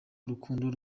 urukundo